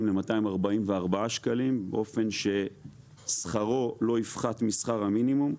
ל-244 שקלים באופן ששכרו לא יפחת משכר המינימום.